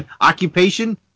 Occupation